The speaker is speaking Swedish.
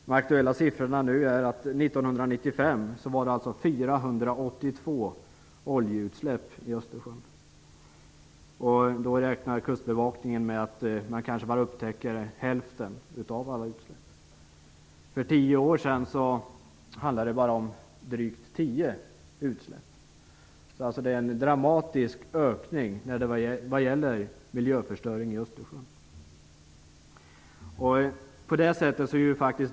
Den aktuella siffran för 1995 är 482 oljeutsläpp i Östersjön. Då räknar kustbevakningen med att man upptäcker kanske bara hälften av alla utsläpp. För tio år sedan handlade det om bara drygt tio utsläpp. Det har alltså skett en dramatisk ökning vad gäller miljöförstöringen i Östersjön.